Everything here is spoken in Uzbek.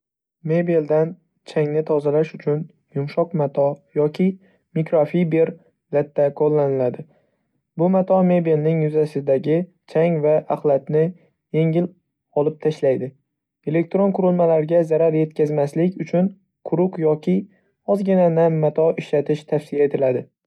Mebeldan changni tozalash uchun yumshoq mato yoki mikrofiber latta qo'llaniladi. Bu mato mebelning yuzasidagi chang va axlatni yengil olib tashlaydi. Elektron qurilmalarga zarar yetkazmaslik uchun quruq yoki ozgina nam mato ishlatish tavsiya etiladi.